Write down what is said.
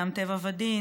אדם טבע ודין,